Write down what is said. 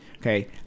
Okay